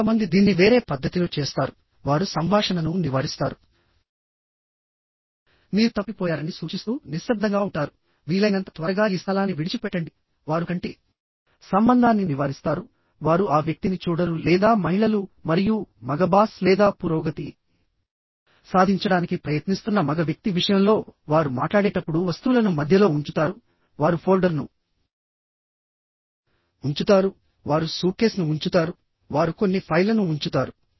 కొంతమంది దీన్ని వేరే పద్ధతిలో చేస్తారు వారు సంభాషణను నివారిస్తారు మీరు తప్పిపోయారని సూచిస్తూ నిశ్శబ్దంగా ఉంటారు వీలైనంత త్వరగా ఈ స్థలాన్ని విడిచిపెట్టండి వారు కంటి సంబంధాన్ని నివారిస్తారు వారు ఆ వ్యక్తిని చూడరు లేదా మహిళలు మరియు మగ బాస్ లేదా పురోగతి సాధించడానికి ప్రయత్నిస్తున్న మగ వ్యక్తి విషయంలో వారు మాట్లాడేటప్పుడు వస్తువులను మధ్యలో ఉంచుతారు వారు ఫోల్డర్ను ఉంచుతారు వారు సూట్కేస్ను ఉంచుతారు వారు కొన్ని ఫైల్లను ఉంచుతారు